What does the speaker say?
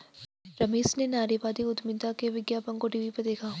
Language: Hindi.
रमेश ने नारीवादी उधमिता के विज्ञापन को टीवी पर देखा